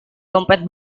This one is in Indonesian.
dompet